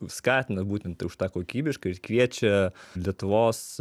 skatina būtent už tą kokybišką ir kviečia lietuvos